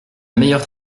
meilleure